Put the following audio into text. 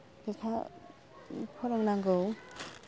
लेखा फोरोंनांगौ